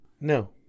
No